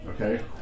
Okay